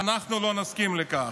ואנחנו לא נסכים לכך.